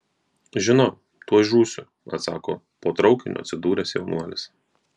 žinau tuoj žūsiu atsako po traukiniu atsidūręs jaunuolis